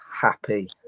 happy